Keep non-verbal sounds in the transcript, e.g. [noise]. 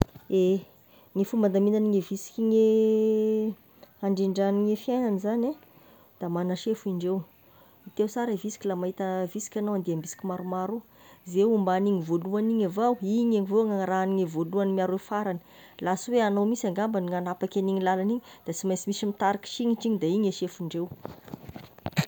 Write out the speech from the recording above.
Ehe! ny fomba handamignany visika gny e [hesitation] handrindrany ny fiaignany zagny e, da magna sefo indreo, hinteo sara i visika la mahita visika anao na andiam-bisika maromaro io, zay ombanin'igny voalohagny avao igny avao no arahagny voalohagny miaro farany, la sy hoe enao mihisy angaha no manapaka agniny lalagna igny, da sy mainsy misy mitariky signitry igny da igny sefon-dreo.